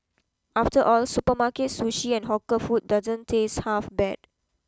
after all supermarket sushi and hawker food doesn't taste half bad